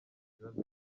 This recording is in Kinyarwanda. ikibazo